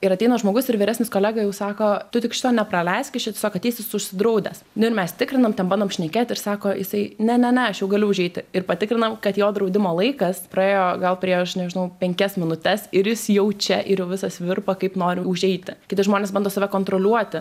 ir ateina žmogus ir vyresnis kolega jau sako tu tik šito nepraleisk jis čia tiesiog ateis jis užsidraudęs nu ir mes tikrinam ten bandom šnekėt ir sako jisai ne ne ne aš jau galiu užeiti ir patikrinom kad jo draudimo laikas praėjo gal prieš nežinau penkias minutes ir jis jau čia ir jau visas virpa kaip nori užeiti kiti žmonės bando save kontroliuoti